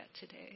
today